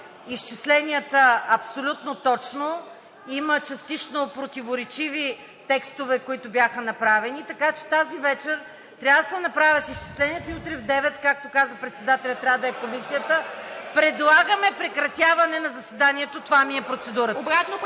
изчисленията абсолютно точно. Има частично противоречиви текстове, които бяха направени, така че тази вечер трябва да се направят изчисленията и утре в 9,00 ч., както каза председателят, трябва да е Комисията. (Силен шум и реплики.) Предлагаме прекратяване на заседанието – това ми е процедурата.